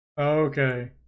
okay